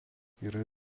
yra